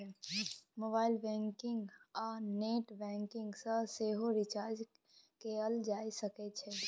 mobile banking आ net banking सँ सेहो रिचार्ज कएल जा सकै छै